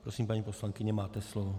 Prosím, paní poslankyně, máte slovo.